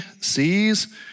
sees